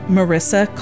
Marissa